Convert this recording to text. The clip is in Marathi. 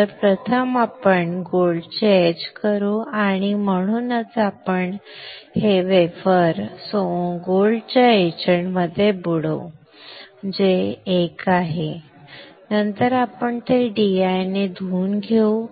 तर प्रथम आपण सोन्याचे एच करू आणि म्हणूनच आपण हे वेफर सोन्याच्या एचंटमध्ये बुडवू जे 1 आहे नंतर आपण ते DI ने धुवून घेऊ